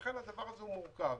הדבר הזה מורכב.